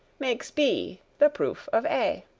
makes b the proof of a.